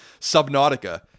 Subnautica